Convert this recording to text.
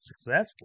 successful